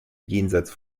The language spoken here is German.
jenseits